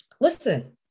Listen